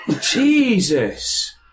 Jesus